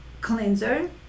cleanser